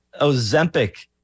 Ozempic